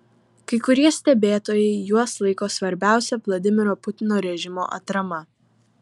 kai kurie stebėtojai juos laiko svarbiausia vladimiro putino režimo atrama